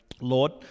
Lord